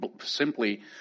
simply